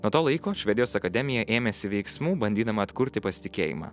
nuo to laiko švedijos akademija ėmėsi veiksmų bandydama atkurti pasitikėjimą